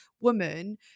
woman